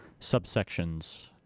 subsections